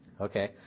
Okay